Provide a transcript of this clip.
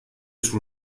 sul